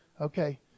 Okay